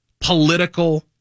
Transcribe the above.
political